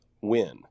win